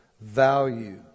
value